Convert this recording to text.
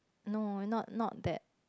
no not not that